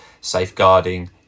safeguarding